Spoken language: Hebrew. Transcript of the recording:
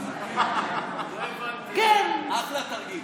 אחלה תרגיל.